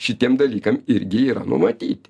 šitiem dalykam irgi yra numatyti